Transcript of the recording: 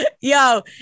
Yo